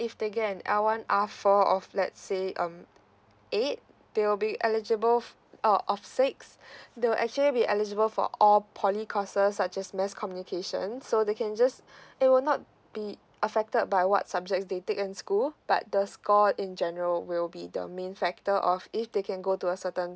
if they get an L one R four of let's say um eight they'll be eligible out of six they will actually be eligible for all poly courses such as mass communication so they can just it will not be affected by what subject they take in school but the score in general will be the main factor of if they can go to a certain